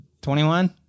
21